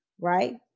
Right